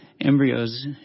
embryos